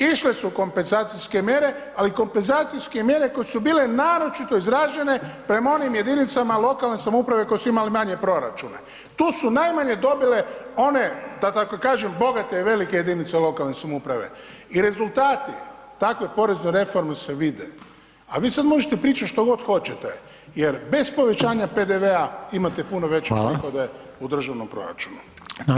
Išle su kompenzacijske mjere, ali kompenzacijske mjere koje su bile naročito izražene prema onim jedinicama lokalne samouprave koje su imale manje proračune, tu su najmanje dobile one da tako kažem bogate i velike jedinice lokalne samouprave i rezultati takve porezne reforme se vide, a vi sad možete pričati što god hoćete jer bez povećanja PDV-a imate puno [[Upadica: Hvala]] veće prihode u državnom proračunu.